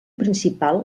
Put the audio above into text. principal